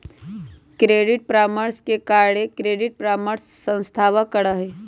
credit परामर्श के कार्य क्रेडिट परामर्श संस्थावह करा हई